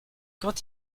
quand